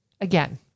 Again